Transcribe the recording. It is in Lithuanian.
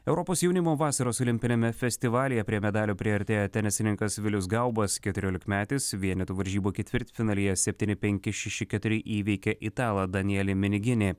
europos jaunimo vasaros olimpiniame festivalyje prie medalio priartėjo tenisininkas vilius gaubas keturiolikmetis vienetų varžybų ketvirtfinalyje septyni penki šeši keturi įveikė italą danielį miniginį